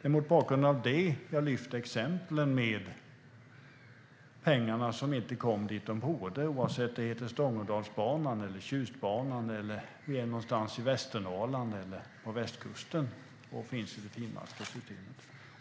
Det är mot bakgrund av detta som jag lyfte fram exemplet med pengarna som inte kom dit där de borde komma, oavsett om det heter Stångådalsbanan, Tjustbanan eller om det är en bana någonstans i Västernorrland eller på västkusten.